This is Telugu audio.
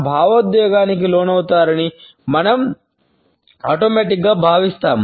భావిస్తాము